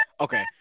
Okay